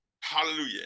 Hallelujah